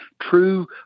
true